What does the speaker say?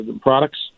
products